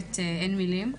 אין מילים.